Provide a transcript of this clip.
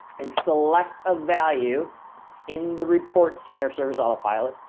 and select a value in the report center serves autopilot.